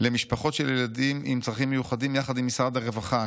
למשפחות של ילדים עם צרכים מיוחדים יחד עם משרד הרווחה,